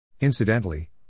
Incidentally